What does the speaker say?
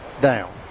down